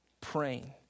praying